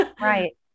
Right